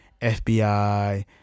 fbi